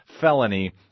felony